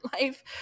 life